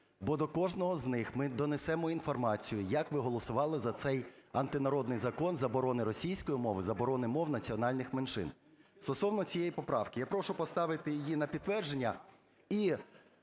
бо до кожного з них ми донесемо інформацію, як ви голосували за цей антинародний закон заборони російської мови, заборони мов національних меншин. Стосовно цієї поправки. Я прошу поставити її на підтвердження.